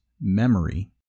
memory